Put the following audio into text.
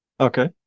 okay